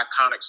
iconic